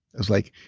i was like,